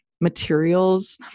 Materials